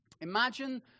Imagine